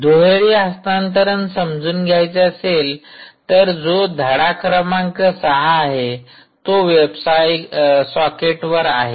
दुहेरी हस्तांतरण समजून घ्यायचे असेल तर जो धडा क्रमांक ६ आहे तो वेब सॉकेट वर आहे